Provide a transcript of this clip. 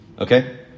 Okay